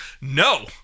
no